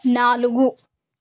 నాలుగు